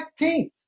19th